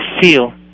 feel